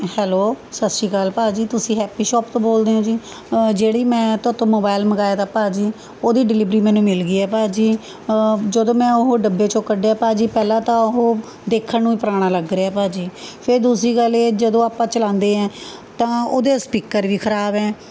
hello ਸਤਿ ਸ਼੍ਰੀ ਅਕਾਲ ਭਾਅ ਜੀ ਤੁਸੀਂ ਹੈਪੀ ਸ਼ੋਪ ਤੋਂ ਬੋਲਦੇ ਹੋ ਜੀ ਜਿਹੜੀ ਮੈਂ ਤੁਹਾਤੋਂ ਮੋਬਾਇਲ ਮੰਗਵਾਇਆ ਤਾ ਭਾਅ ਜੀ ਉਹਦੀ ਡਿਲੀਵਰੀ ਮੈਨੂੰ ਮਿਲ ਗਈ ਹੈ ਭਾਅ ਜੀ ਜਦੋਂ ਮੈਂ ਉਹ ਡੱਬੇ 'ਚੋਂ ਕੱਢਿਆ ਭਾਅ ਜੀ ਪਹਿਲਾਂ ਤਾਂ ਉਹ ਦੇਖਣ ਨੂੰ ਹੀ ਪੁਰਾਣਾ ਲੱਗ ਰਿਹਾ ਭਾਅ ਜੀ ਫਿਰ ਦੂਸਰੀ ਗੱਲ ਇਹ ਜਦੋਂ ਆਪਾਂ ਚਲਾਉਂਦੇ ਹਾਂ ਤਾਂ ਉਹਦੇ ਸਪੀਕਰ ਵੀ ਖਰਾਬ ਹੈ